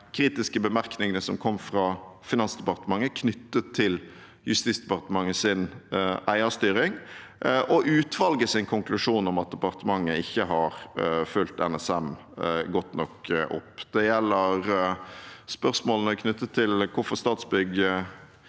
kritiske bemerkningene som kom fra Finansdepartementet knyttet til Justisdepartementets eierstyring, og utvalgets konklusjon om at departementet ikke har fulgt opp NSM godt nok. Det gjelder spørsmålene knyttet til hvorfor det